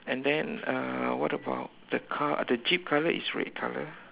and then uh what about the car the jeep color is red color